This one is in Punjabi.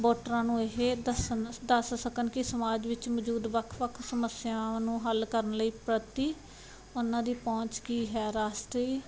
ਵੋਟਰਾਂ ਨੂੰ ਇਹ ਦੱਸਣ ਦੱਸ ਸਕਣ ਕਿ ਸਮਾਜ ਵਿੱਚ ਮੌਜੂਦ ਵੱਖ ਵੱਖ ਸਮੱਸਿਆਵਾਂ ਨੂੰ ਹੱਲ ਕਰਨ ਲਈ ਪ੍ਰਤੀ ਉਹਨਾਂ ਦੀ ਪਹੁੰਚ ਕੀ ਹੈ ਰਾਸ਼ਟਰੀ